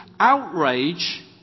outrage